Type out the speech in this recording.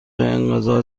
انقضا